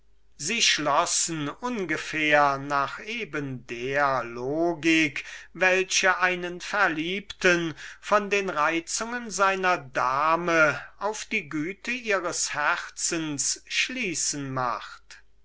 sie schlossen ungefähr nach eben der logik welche einen verliebten von den reizungen seiner dame auf die güte ihres herzens schließen macht